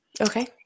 Okay